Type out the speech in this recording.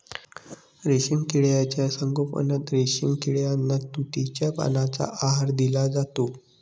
रेशीम किड्यांच्या संगोपनात रेशीम किड्यांना तुतीच्या पानांचा आहार दिला जातो